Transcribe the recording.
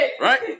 right